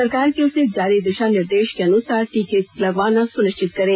सरकार की ओर से जारी दिशा निर्देश के अनुसार टीके लगवाना सुनिश्चित करें